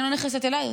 אני לא נכנסת אליה,